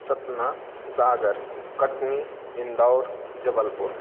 Satna Sagar Katni Indore Jabalpur